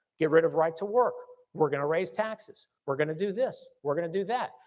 get rid of right to work, we're gonna raise taxes, we're gonna do this, we're gonna do that,